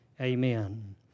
Amen